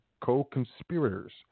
co-conspirators